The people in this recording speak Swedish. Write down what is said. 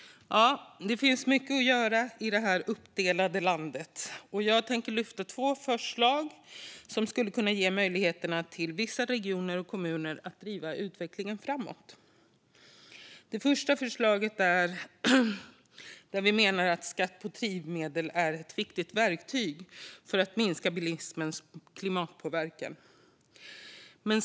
Det finns mycket att göra i det här uppdelade landet. Jag tänker lyfta fram två förslag som skulle kunna ge vissa regioner och kommuner möjligheter att driva utvecklingen framåt. Det första förslaget gäller skatt på drivmedel. Vi menar att detta är ett viktigt verktyg för att minska bilismens klimatpåverkan.